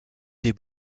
des